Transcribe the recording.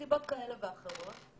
מסיבות כאלה ואחרות,